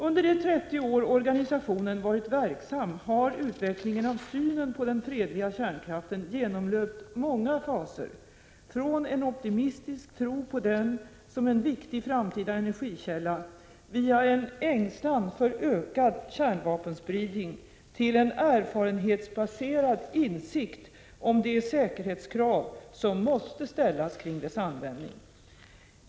Under de 30 år organisationen varit verksam har utvecklingen av synen på den fredliga kärnkraften genomlöpt många faser, från en optimistisk tro på den som en viktig framtida energikälla via en ängslan för en ökad kärnvapenspridning till en erfarenhetsbaserad insikt om de säkerhetskrav som måste ställas kring dess användning.